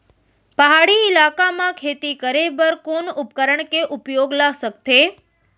पहाड़ी इलाका म खेती करें बर कोन उपकरण के उपयोग ल सकथे?